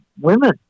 women